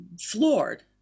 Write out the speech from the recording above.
floored